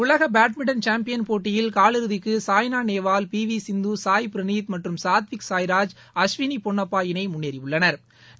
உலக badminton champion போட்டியின் கால் இறுதிக்கு சாய்னா நேவால் பிவி சிந்து சாய் பிரனீத் மற்றும் சாத்விக் சாய்ராஜ் அஸ்வினி பொன்னப்பா இணை முன்னேறியுள்ளனா்